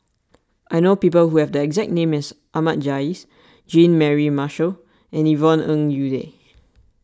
I know people who have the exact name as Ahmad Jais Jean Mary Marshall and Yvonne Ng Uhde